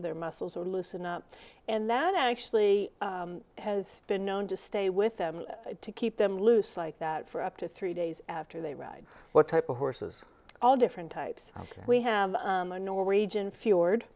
their muscles loosen up and that actually has been known to stay with them to keep them loose like that for up to three days after they ride what type of horses all different types we have a norwegian f